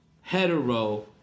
hetero